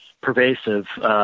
pervasive